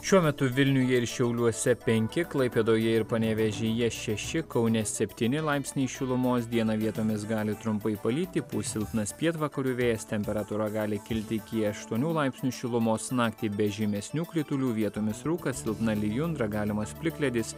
šiuo metu vilniuje ir šiauliuose penki klaipėdoje ir panevėžyje šeši kaune septyni laipsniai šilumos dieną vietomis gali trumpai palyti pūs silpnas pietvakarių vėjas temperatūra gali kilti iki aštuonių laipsnių šilumos naktį be žymesnių kritulių vietomis rūkas silpna lijundra galimas plikledis